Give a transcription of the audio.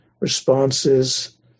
responses